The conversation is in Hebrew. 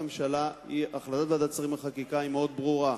החלטת ועדת השרים לחקיקה ברורה מאוד.